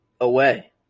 away